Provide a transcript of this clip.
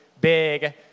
big